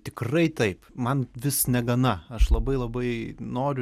tikrai taip man vis negana aš labai labai noriu